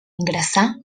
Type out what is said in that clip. ingressar